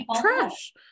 trash